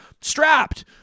strapped